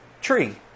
tree